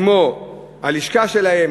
כמו הלשכה שלהם,